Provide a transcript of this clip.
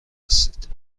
هستید